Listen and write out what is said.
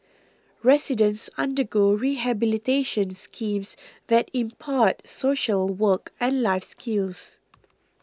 residents undergo rehabilitation schemes that impart social work and life skills